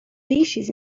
dishes